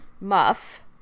muff